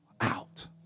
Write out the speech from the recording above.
out